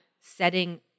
setting